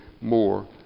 more